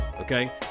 Okay